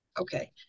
Okay